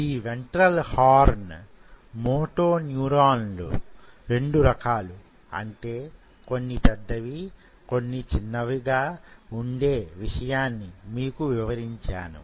ఈ ventral horn motor న్యూరాన్లు రెండు రకాలు అంటే కొన్ని పెద్దవి కొన్ని చిన్నవి గా ఉండే విషయాన్నిమీకు వివరించాను